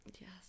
yes